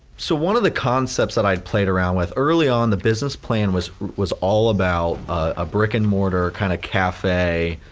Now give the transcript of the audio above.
so one of the concepts that i played around with early on the business plan was was all about a brick and mortar kind of cafe,